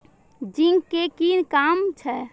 Zinc के कि काम छै?